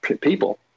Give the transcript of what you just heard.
people